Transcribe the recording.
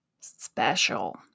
special